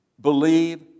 believe